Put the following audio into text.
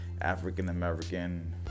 African-American